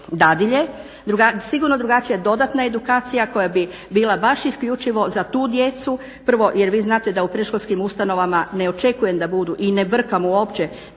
dadilje, sigurno drugačija dodatna edukacija koja bi bila baš isključivo za tu djecu prvo jer vi znate da u predškolskim ustanovama ne očekujem da budu i ne brkam uopće